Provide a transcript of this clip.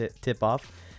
tip-off